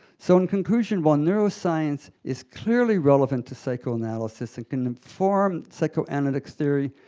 so in conclusion, while neuroscience is clearly relevant to psychoanalysis and can inform psychoanalytic theory,